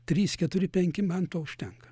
trys keturi penki man to užtenka